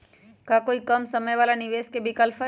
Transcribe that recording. का कोई कम समय वाला निवेस के विकल्प हई?